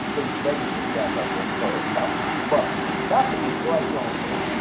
they'd beg me to stand up and so it's tough but not for you go at your own pace.